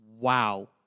Wow